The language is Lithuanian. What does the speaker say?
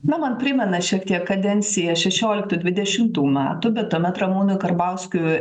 na man primena šiek tiek kadenciją šešioliktų dvidešimtų metų bet tuomet ramūnui karbauskiu